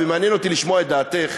ומעניין אותי לשמוע את דעתך,